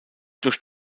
durch